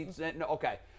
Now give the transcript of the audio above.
Okay